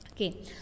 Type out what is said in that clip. Okay